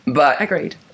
Agreed